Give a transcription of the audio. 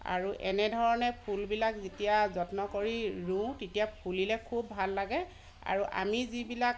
আৰু এনেধৰণে ফুলবিলাক যেতিয়া যত্ন কৰি ৰোওঁ তেতিয়া ফুলিলে খুব ভাল লাগে আৰু আমি যিবিলাক